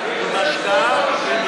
עם השקעה,